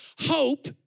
hope